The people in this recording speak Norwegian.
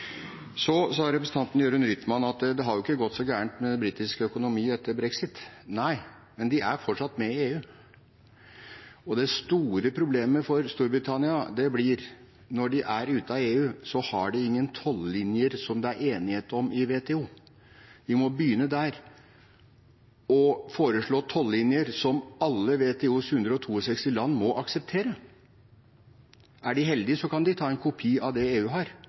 Representanten Jørund Rytman sa at det ikke har gått så galt med britisk økonomi etter brexit. Nei, men de er fortsatt med i EU! Det store problemet for Storbritannia blir: Når de er ute av EU, har de ingen tollinjer som det er enighet om i WTO. De må begynne der og foreslå tollinjer som alle WTOs 162 land må akseptere. Er de heldige, kan de ta en kopi av det EU har,